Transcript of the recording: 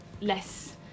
less